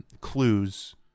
clues